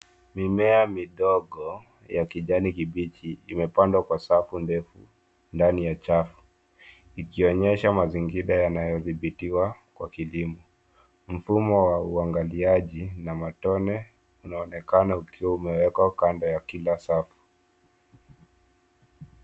Mimea midogo ya kijani kibichi imepandwa kwa safu ndefu ndani ya chafu ikionyesha mazingira yanayodhibitiwa kwa kilimo. Mfumo wa umwagiliaji na matone unaonekana ukiwa umewekwa kando ya kila safu.